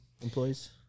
employees